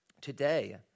today